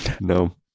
no